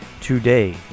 Today